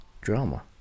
drama